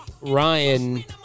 Ryan